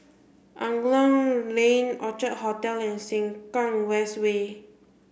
Angklong Lane Orchard Hotel and Sengkang West Way